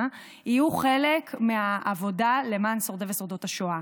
יהיו חלק מהעבודה למען שורדי ושורדות השואה.